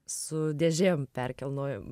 su dėžėm perkelnojom